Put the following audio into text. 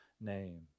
name